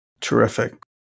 Terrific